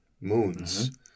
moons